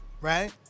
right